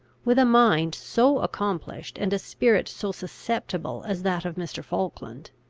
with a mind so accomplished and a spirit so susceptible as that of mr. falkland,